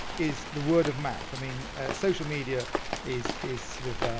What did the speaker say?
is the word of mouth. i mean social media is is sort of